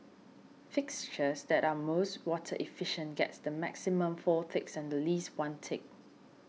fixtures that are most water efficient gets the maximum four ticks and the least one tick